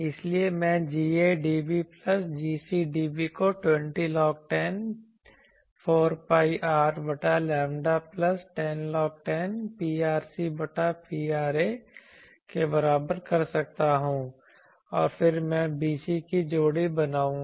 इसलिए मैं Ga dB plus Gc dB को 20log10 4 pi R बटा लैम्ब्डा प्लस 10log10 Prc बटा Pra के बराबर कर सकता हूँ और फिर मैं bc की जोड़ी बनाऊंगा